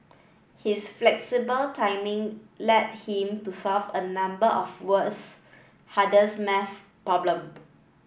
his flexible timing led him to solve a number of world's hardest math problem